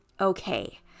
okay